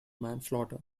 manslaughter